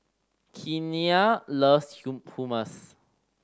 Keanna loves Hummus